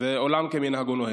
ועולם כמנהגו נוהג.